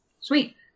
Sweet